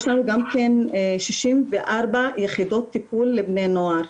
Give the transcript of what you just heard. יש לנו 64 יחידות טיפול לבני נוער.